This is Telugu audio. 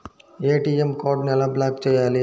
ఏ.టీ.ఎం కార్డుని ఎలా బ్లాక్ చేయాలి?